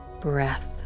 breath